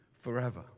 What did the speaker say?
forever